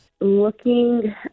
Looking